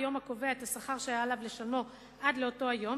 היום הקובע את השכר שהיה עליו לשלמו עד לאותו היום,